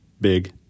big